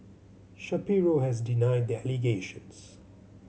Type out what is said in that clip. Shapiro has denied the allegations